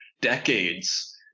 decades